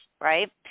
right